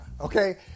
okay